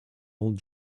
old